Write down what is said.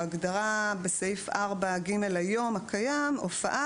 ההגדרה בסעיף 4(ג) הקיים היום: "הופעה"